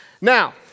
Now